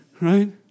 right